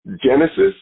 Genesis